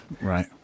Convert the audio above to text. right